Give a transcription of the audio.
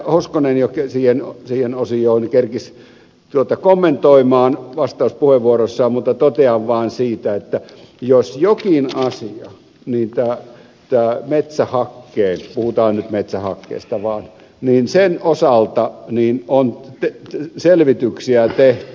hoskonen jo siihen osioon kerkesi kommentoimaan vastauspuheenvuorossaan mutta totean vaan siitä että jos jonkin asian niin metsähakkeen puhutaan nyt metsähakkeesta vaan osalta on selvityksiä tehty